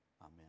amen